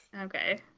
Okay